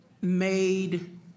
made